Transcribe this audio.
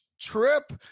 trip